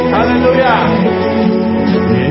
Hallelujah